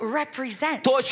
represent